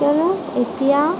কিয়নো এতিয়া